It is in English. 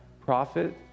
prophet